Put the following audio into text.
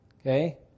okay